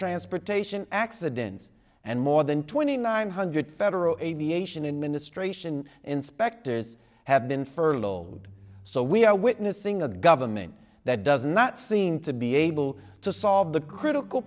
transportation accidents and more than twenty nine hundred federal aviation administration inspectors have been furloughed so we are witnessing a government that does not seem to be able to solve the critical